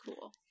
cool